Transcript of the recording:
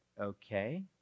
okay